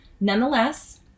Nonetheless